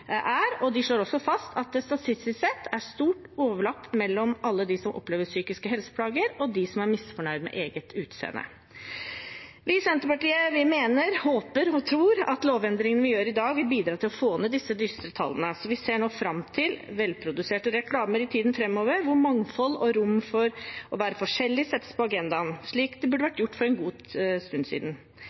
og de slår også fast at det statistisk sett er stort overlapp mellom alle de som opplever psykiske helseplager, og de som er misfornøyd med eget utseende. Vi i Senterpartiet mener, håper og tror at lovendringene vi gjør i dag, vil bidra til å få ned disse dystre tallene. Vi ser nå fram til velproduserte reklamer i tiden framover, hvor mangfold og rom for å være forskjellig settes på agendaen, slik det burde vært gjort for en god stund siden.